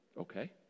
Okay